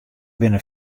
binne